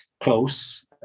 close